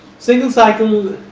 single cycle